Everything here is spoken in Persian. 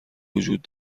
وجود